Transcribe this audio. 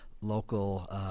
local